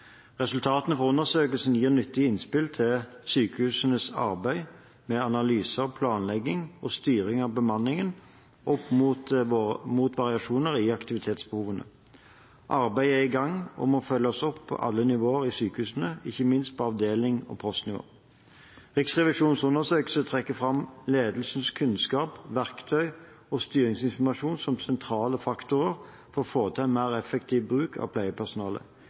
Resultatene fra undersøkelsen gir nyttige innspill til sykehusenes arbeid med analyser, planlegging og styring av bemanningen opp mot variasjoner i aktivitetsbehovene. Arbeidet er i gang og må følges opp på alle nivå i sykehusene, ikke minst på avdelings- og postnivå. Riksrevisjonens undersøkelse trekker fram ledelsens kunnskap, verktøy og styringsinformasjon som sentrale faktorer for å få til en mer effektiv bruk av pleiepersonalet.